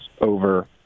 over